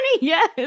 Yes